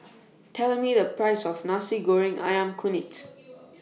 Tell Me The Price of Nasi Goreng Ayam Kunyit